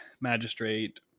magistrate